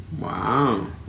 Wow